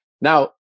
Now